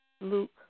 Luke